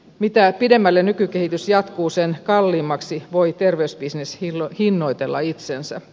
mitä pidemmälle nykykehitys jatkuu sen kalliimmaksi voi terveysbisnes hinnoitella itsensä